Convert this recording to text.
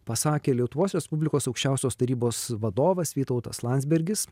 pasakė lietuvos respublikos aukščiausios tarybos vadovas vytautas landsbergis